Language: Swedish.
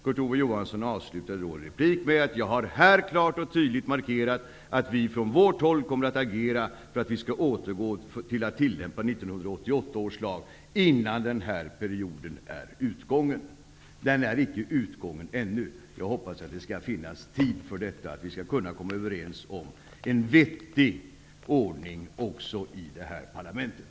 Kurt Ove Johansson avslutade en replik med att säga: Jag har här klart och tydligt markerat att vi från vårt håll kommer att agera för att vi skall återgå till att tillämpa 1988 års lag innan den här perioden är utgången. Den är inte utgången ännu. Jag hoppas att vi skall kunna komma överens om en vettig ordning också i det här parlamentet.